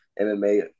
MMA